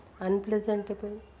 unpleasantable